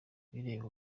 bireba